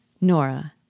Nora